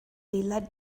led